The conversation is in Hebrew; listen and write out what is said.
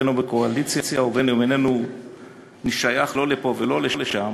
בין שהוא בקואליציה ובין שהוא איננו שייך לא לפה ולא לשם,